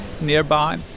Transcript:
nearby